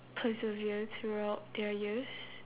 persevere throughout their years